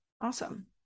Awesome